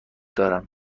دارم